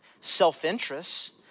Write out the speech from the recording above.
self-interest